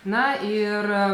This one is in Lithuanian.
na ir